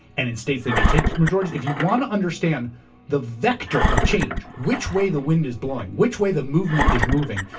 and in states they may take majorities. if you want to understand the vector of change, which way the wind is blowing, which way the movement is moving,